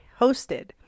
hosted